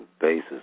basis